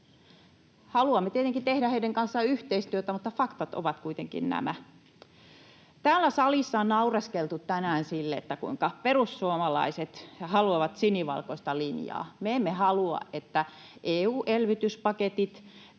Haluamme tietenkin tehdä heidän kanssaan yhteistyötä, mutta faktat ovat kuitenkin nämä. Täällä salissa on naureskeltu tänään sille, kuinka perussuomalaiset haluavat sinivalkoista linjaa. Me emme halua, että EU-elvytyspaketit